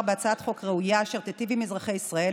בהצעת חוק ראויה אשר תיטיב עם אזרחי ישראל,